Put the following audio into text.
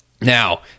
Now